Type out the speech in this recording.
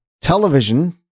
television